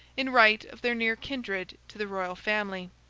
in right of their near kindred to the royal family.